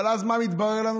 אז מה מתברר לנו?